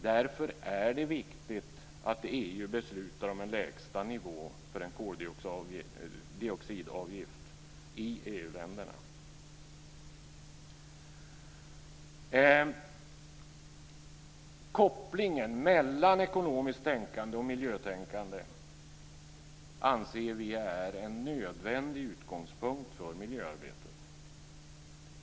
Därför är det viktigt att EU beslutar om en lägsta nivå för en koldioxidavgift i EU Kopplingen mellan ekonomiskt tänkande och miljötänkande anser vi är en nödvändig utgångspunkt för miljöarbetet.